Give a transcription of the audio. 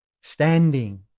standing